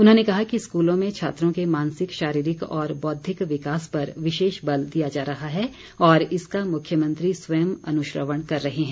उन्होंने कहा कि स्कूलों में छात्रों के मानसिक शारीरिक और बौद्धिक विकास पर विशेष बल दिया जा रहा है और इसका मुख्यमंत्री स्वयं अनुश्रवण कर रहे हैं